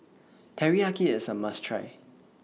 Teriyaki IS A must Try